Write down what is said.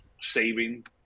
saving